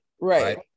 Right